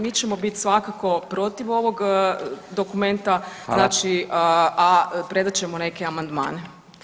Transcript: Mi ćemo bit svakako protiv ovog dokumenta, znači, a predat ćemo neke amandmane.